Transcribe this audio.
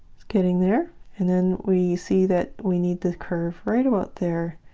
getting there and then we see that we need the curve right about there